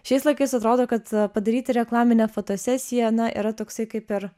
šiais laikais atrodo kad padaryti reklaminę fotosesiją na yra toksai kaip ir